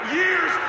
years